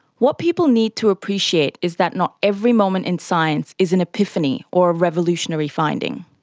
what people need to appreciate is that not every moment in science is an epiphany or a revolutionary finding.